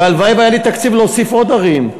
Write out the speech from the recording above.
והלוואי שהיה לי תקציב להוסיף עוד ערים.